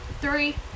Three